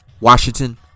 Washington